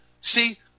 see